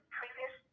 previous